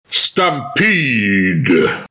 Stampede